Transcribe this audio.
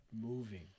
moving